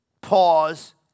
pause